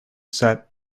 said